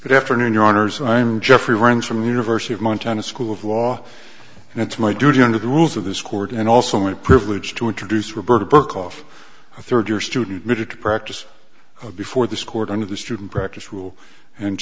honour's i'm jeffrey runs from the university of montana school of law and it's my duty under the rules of this court and also my privilege to introduce roberta berkoff a third year student needed to practice before this court under the student practice rule and